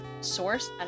source